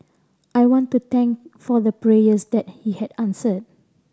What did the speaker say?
I want to thank for the prayers that he had answered